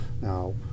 Now